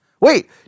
Wait